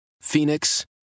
Phoenix